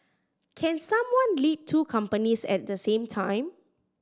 can someone lead two companies at the same time